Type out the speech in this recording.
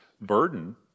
burden